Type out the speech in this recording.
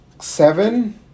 seven